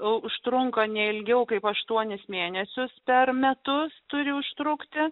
užtrunka ne ilgiau kaip aštuonis mėnesius per metus turi užtrukti